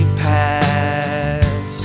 past